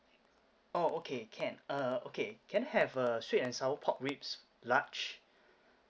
oh okay can uh okay can I have a sweet and sour pork ribs large